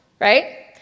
right